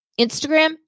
Instagram